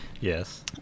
Yes